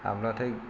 हाबोब्लाथाय